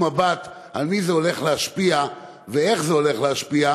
מבט על מי זה הולך להשפיע ואיך זה הולך להשפיע.